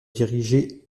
diriger